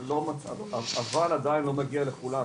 אבל עדיין לא מגיע לכולם,